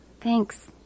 Thanks